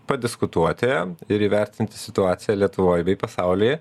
padiskutuoti ir įvertinti situaciją lietuvoj bei pasauly